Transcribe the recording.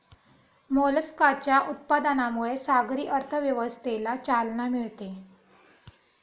मोलस्काच्या उत्पादनामुळे सागरी अर्थव्यवस्थेला चालना मिळते